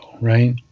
right